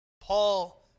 Paul